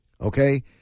Okay